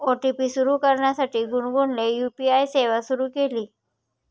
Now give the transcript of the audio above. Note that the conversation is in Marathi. ओ.टी.पी सुरू करण्यासाठी गुनगुनने यू.पी.आय सेवा सुरू केली